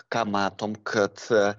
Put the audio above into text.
ką matom kad